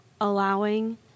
allowing